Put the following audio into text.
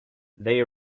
they